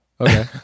okay